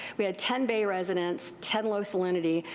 we had ten bay residents, ten low salinity,